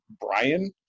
Brian